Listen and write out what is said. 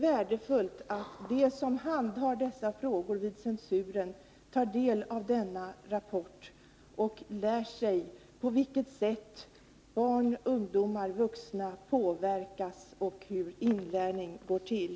Värdefullt vore om de som handhar dessa frågor vid censuren toge del av denna rapport och lärde sig på vilket sätt barn, ungdomar och vuxna påverkas och hur inlärning går till.